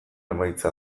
emaitza